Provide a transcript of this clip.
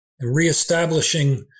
Re-establishing